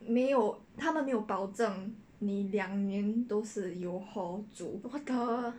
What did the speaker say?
没有他们没有保证你两年都是有 hall 住